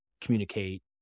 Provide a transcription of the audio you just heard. communicate